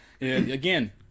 Again